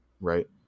right